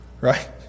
Right